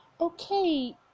Okay